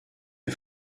est